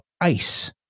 ice